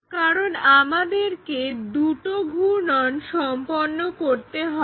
কারণ আমাদেরকে দুটো ঘূর্ণন সম্পন্ন করতে হবে